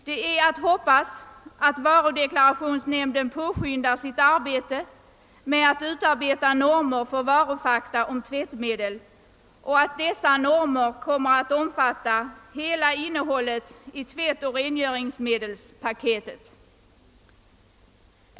Det är att hoppas, att varudeklarationsnämnden påskyndar sitt arbete med att få fram normer för varufakta om tvättmedel och att dessa normer kommer att omfatta hela innehållet i tvättoch = rengöringsmedelspaketet.